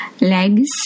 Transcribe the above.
legs